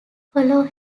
follow